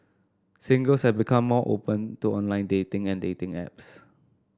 singles have become more open to online dating and dating apps